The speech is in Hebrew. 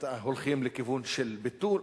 הולכים לכיוון של ביטול,